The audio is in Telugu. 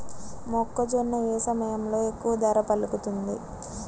మొక్కజొన్న ఏ సమయంలో ఎక్కువ ధర పలుకుతుంది?